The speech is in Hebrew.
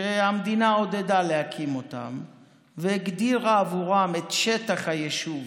שהמדינה עודדה להקים אותם והגדירה עבורם את שטח היישוב.